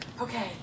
Okay